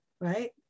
Right